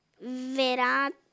verá